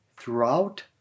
throughout